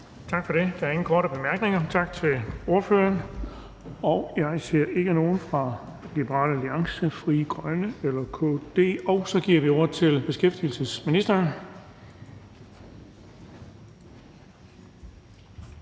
Tak for det. Der er ingen korte bemærkninger. Tak til ordføreren. Og jeg ser ikke nogen fra Liberal Alliance, Frie Grønne eller KD. Så giver vi ordet til beskæftigelsesministeren.